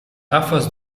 afwas